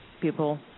people